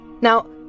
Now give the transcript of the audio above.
Now